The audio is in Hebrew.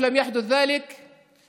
לצערי לא כך קרה,